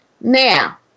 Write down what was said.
Now